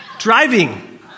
Driving